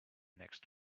next